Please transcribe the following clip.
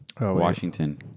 Washington